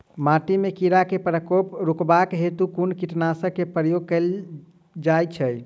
माटि मे कीड़ा केँ प्रकोप रुकबाक हेतु कुन कीटनासक केँ प्रयोग कैल जाय?